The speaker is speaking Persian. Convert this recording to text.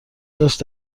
داشت